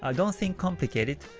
ah don't think complicated.